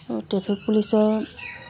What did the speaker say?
আৰু ট্ৰেফিক পুলিচৰ